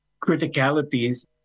criticalities